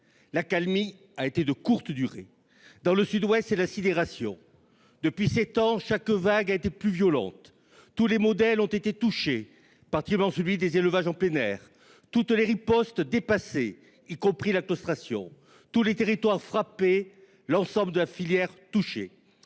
l'accalmie a été de courte durée. Dans le Sud-Ouest, c'est la sidération. Depuis sept ans, chaque vague a été plus violente que la précédente. Tous les modèles ont été touchés, particulièrement l'élevage en plein air, toutes les ripostes dépassées, y compris la claustration, tous les territoires frappés et l'ensemble de la filière touchée.